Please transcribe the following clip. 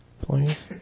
please